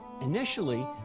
Initially